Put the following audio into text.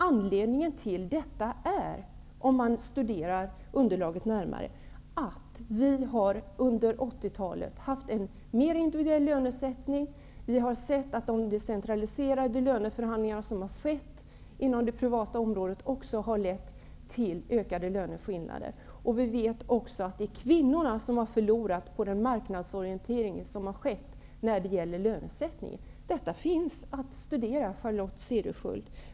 Anledningen till detta är -- om man studerar underlaget närmare -- att vi under 1980-talet har haft en mer individuell lönesättning, vi har sett att decentraliserade löneförhandlingar som har skett inom det privata området också har lett till ökade löneskillnader. Vi vet också att det är kvinnorna som har förlorat på den marknadsorientering som har skett när det gäller lönesättningen. Detta finns att studera, Charlotte Cederschiöld.